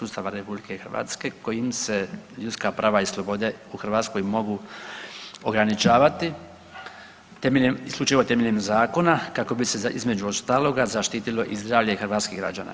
Ustava RH kojim se ljudska prava i slobode u Hrvatskoj mogu ograničavati isključivo temeljem zakona kako bi se između ostaloga zaštitilo i zdravlje hrvatskih građana.